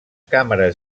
càmeres